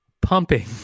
pumping